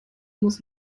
muss